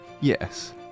Yes